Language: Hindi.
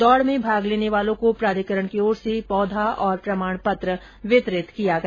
दौड़ में भाग लेने वालों को प्राधिकरण की ओर से पौधा और प्रमाण पत्र वितरित किया गया